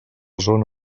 zona